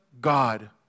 God